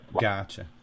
Gotcha